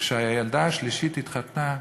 כשהילדה השלישית התחתנה,